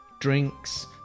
drinks